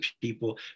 people